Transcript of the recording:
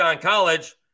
college